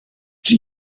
czy